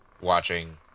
watching